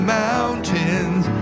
mountains